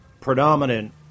predominant